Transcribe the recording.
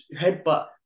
headbutt